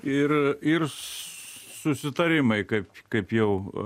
ir ir susitarimai kaip kaip jau